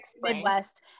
midwest